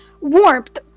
warmth